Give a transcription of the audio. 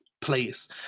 place